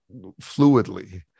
fluidly